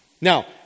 Now